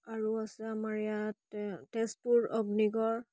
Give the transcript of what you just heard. আৰু আছে আমাৰ ইয়াত তে তেজপুৰ অগ্নিগড়